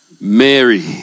Mary